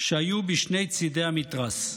שהיו בשני צידי המתרס.